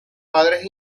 padres